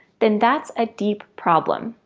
then that's a deep problem.